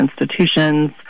institutions